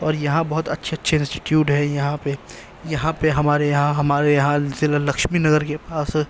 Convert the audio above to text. اور یہاں بہت اچھے اچھے انسٹیٹیوٹ ہیں یہاں پہ یہاں پہ ہمارے یہاں ہمارے یہاں ضلع لکشمی نگر کے پاس